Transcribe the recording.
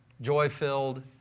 joy-filled